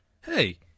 Hey